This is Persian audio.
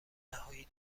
نهایی